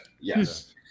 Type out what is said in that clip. Yes